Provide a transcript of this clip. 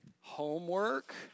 homework